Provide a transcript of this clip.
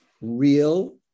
real